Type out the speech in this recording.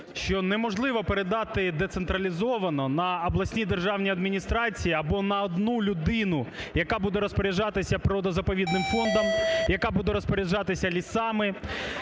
що неможливо передати децентралізовано на обласні державні адміністрації або на одну людину, яка буде розпоряджатися природно-заповідним фондом, яка буде розпоряджатися лісами.